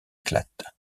éclatent